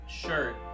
shirt